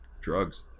drugs